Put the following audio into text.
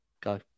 Go